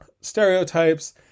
stereotypes